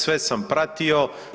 Sve sam pratio.